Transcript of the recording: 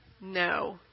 No